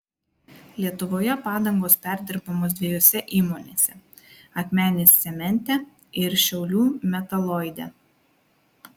lietuvoje padangos perdirbamos dviejose įmonėse akmenės cemente ir šiaulių metaloide